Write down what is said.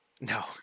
no